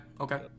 okay